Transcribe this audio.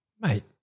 Mate